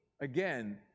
again